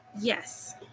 Yes